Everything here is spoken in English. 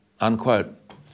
unquote